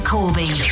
Corby